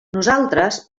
nosaltres